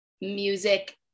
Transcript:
music